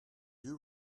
you